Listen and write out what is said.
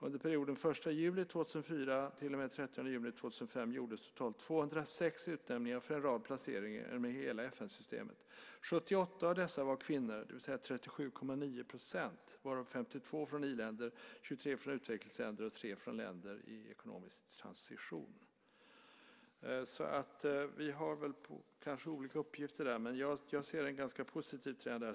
Under perioden den 1 juli 2004 till och med 30 juni 2005 gjordes totalt 206 utnämningar för en rad placeringar inom hela FN-systemet. 78 av dessa var kvinnor, det vill säga 37,9 %, varav 52 från i-länder, 23 från utvecklingsländer och 3 från länder i ekonomisk transition. Vi har kanske olika uppgifter där, men jag ser en ganska positiv trend.